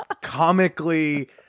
comically